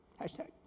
hashtag